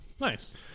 Nice